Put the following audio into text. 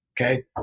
Okay